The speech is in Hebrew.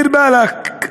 דיר באלכ,